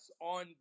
on